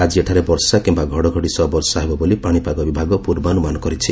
ଆଜି ଏଠାରେ ବର୍ଷା କିୟା ଘଡ଼ଘଡ଼ି ସହ ବର୍ଷା ହେବ ବୋଲି ପାଣିପାଗ ବିଭାଗ ପୂର୍ବାନ୍ଦମାନ କରିଛି